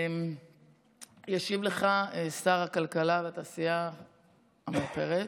ישיב לך שר הכלכלה והתעשייה עמיר פרץ.